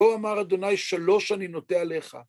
‫כה אמר ה' שלוש אני נוטה עליך.